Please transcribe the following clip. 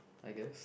I guess